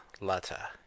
Latta